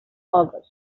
august